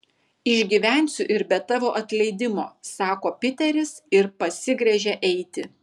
išgyvensiu ir be tavo atleidimo sako piteris ir pasigręžia eiti